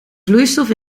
vloeistof